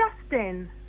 Justin